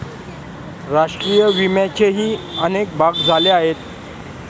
राष्ट्रीय विम्याचेही अनेक भाग झाले आहेत